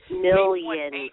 million